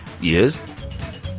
Yes